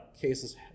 cases